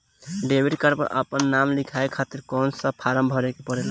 Debit card पर आपन नाम लिखाये खातिर कौन सा फारम भरे के पड़ेला?